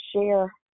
share